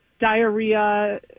diarrhea